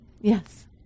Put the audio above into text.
Yes